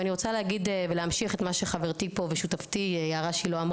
ואני רוצה להגיד ולהמשיך מה שחברתי ושותפתי פה אמרה,